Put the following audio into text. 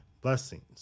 blessings